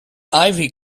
ivy